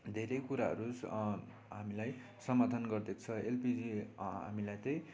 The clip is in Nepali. धेरै कुराहरू हामीलाई समाधान गरिदिएको छ एलपिजी हामीलाई त्यही